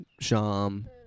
Sham